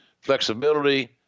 flexibility